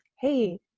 Hey